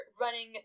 running